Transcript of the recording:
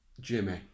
Jimmy